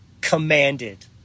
commanded